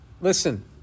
Listen